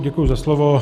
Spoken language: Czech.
Děkuji za slovo.